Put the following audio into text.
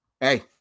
Hey